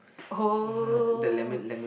oh